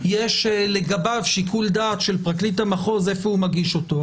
יש לגביו שיקול דעת של פרקליט המחוז איפה הוא מגיש אותו.